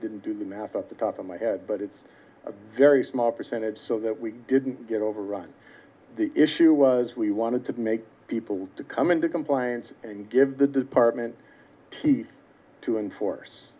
didn't do the math at the top of my head but it's a very small percentage so that we didn't get overrun the issue was we wanted to make people to come into compliance and give the department to enforce